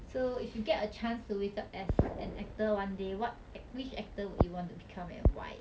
so if you get a chance to wake up as an actor one day what act~ which actor would you want to become and why